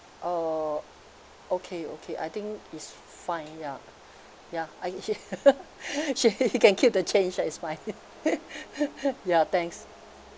uh okay okay I think it's fine ya ya h~ he can keep the change that is fine okay ya thanks